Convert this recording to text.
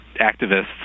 activists